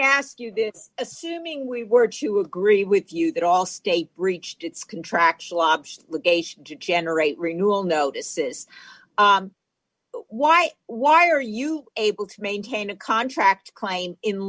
ask you this assuming we were to agree with you that all state reached its contractual option to generate renewal notices why why are you able to maintain a contract claim in